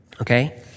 Okay